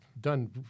done